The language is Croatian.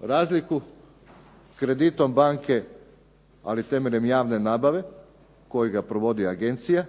razliku kreditom banke ali temeljem javne nabave kojega provodi agencija